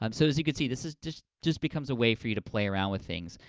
um so, as you can see, this is just, just becomes a way for you to play around with things.